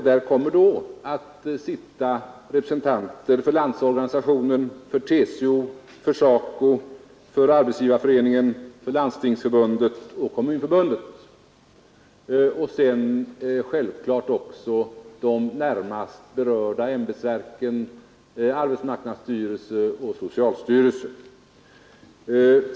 Där kommer då att sitta representanter för Landsorganisationen, TCO, SACO, Arbetsgivareföreningen, Landstingsförbundet och Kommunförbundet samt naturligtvis för de närmast berörda ämbetsverken, arbetsmarknadsstyrelsen och socialstyrelsen.